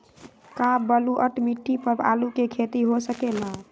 का बलूअट मिट्टी पर आलू के खेती हो सकेला?